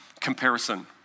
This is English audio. comparison